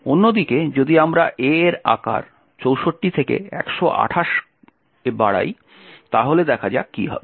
অন্যদিকে যদি আমরা A এর আকার 64 থেকে 128 বাড়াই তাহলে দেখা যাক কি হবে